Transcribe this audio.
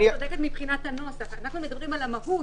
מירה צודקת מבחינת הנוסח, אנחנו מדברים על המהות.